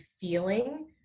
feeling